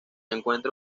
encuentra